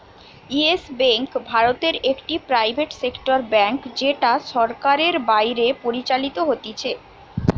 yes Bank ভারতে একটি private sector bank যেটা সরকারের বাইরে পরিচালিত হতিছে